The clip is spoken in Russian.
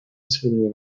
последнее